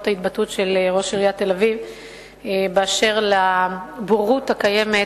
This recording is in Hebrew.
ההתבטאות של ראש עיריית תל-אביב באשר לבורות הקיימת